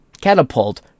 catapult